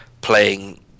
playing